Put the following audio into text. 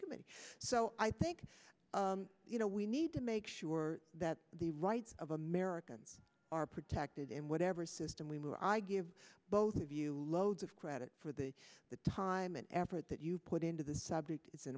subcommittee so i think you know we need to make sure that the rights of americans are protected and whatever system we were i give both of you loads of credit for the the time and effort that you put into the subject is an